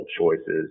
choices